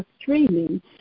streaming